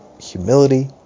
humility